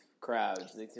crowds